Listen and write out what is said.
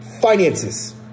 finances